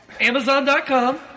Amazon.com